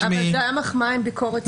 --- אבל זה היה מחמאה עם ביקורת בצידה.